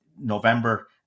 November